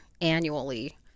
annually